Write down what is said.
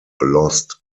lost